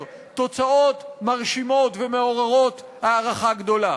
תוצאות מרשימות ומעוררות הערכה גדולה.